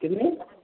कितनी